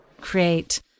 create